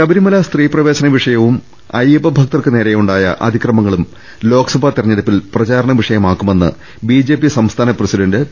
ശബരിമല സ്ത്രീ പ്രവേശന വിഷയവും അയ്യപ്പ ഭക്തർക്ക് നേരെ യുണ്ടായ അതിക്രമങ്ങളും ലോക്സഭാ തെർഞ്ഞെടുപ്പിൽ പ്രചാരണ വിഷയമാക്കുമെന്ന് ബിജെപി സംസ്ഥാന് പ്രസിഡന്റ് പി